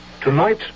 Tonight